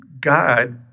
God